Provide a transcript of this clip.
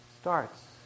starts